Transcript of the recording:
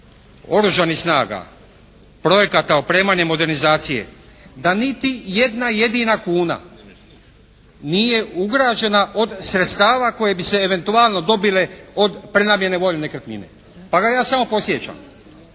Oružanih snaga, projekata opremanja i modernizacije, da niti jedna jedina kuna nije ugrožena od sredstava koja bi se eventualno dobile od prenamjene vojne nekretnine. Pa ga ja samo podsjećam,